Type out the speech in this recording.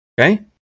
Okay